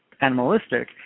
animalistic